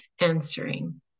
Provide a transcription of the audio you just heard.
answering